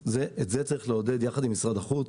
את זה צריך לעודד יחד עם משרד החוץ,